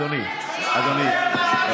אדוני, אדוני.